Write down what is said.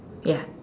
ya